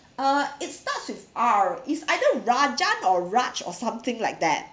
uh it starts with R it's either Rajan or Raj or something like that